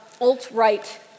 alt-right